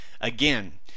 again